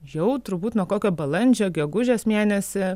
jau turbūt nuo kokio balandžio gegužės mėnesį